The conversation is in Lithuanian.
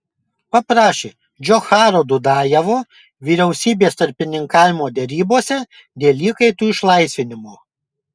paprašė džocharo dudajevo vyriausybės tarpininkavimo derybose dėl įkaitų išlaisvinimo